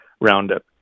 Roundup